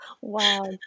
Wow